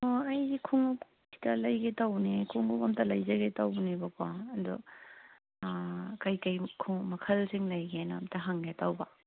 ꯑꯣ ꯑꯩꯁꯦ ꯈꯣꯡꯎꯞ ꯈꯤꯠꯇ ꯂꯩꯒꯦ ꯇꯧꯕꯅꯦ ꯈꯣꯡꯎꯞ ꯑꯃꯇ ꯂꯩꯖꯀꯦ ꯇꯧꯕꯅꯦꯀꯣ ꯑꯗꯨ ꯀꯩ ꯀꯩ ꯈꯣꯡꯎꯞ ꯃꯈꯜꯁꯤꯡ ꯂꯩꯒꯦꯅ ꯑꯝꯇ ꯍꯪꯒꯦ ꯇꯧꯕ